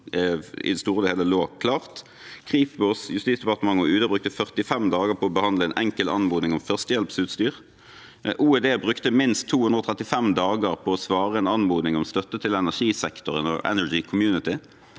i det store og hele lå klart. Kripos, Justisdepartementet og UD brukte 45 dager på å behandle en enkel anmodning om førstehjelpsutstyr. OED brukte minst 235 dager på å svare på en anmodning om støtte til energisektoren og Energy Community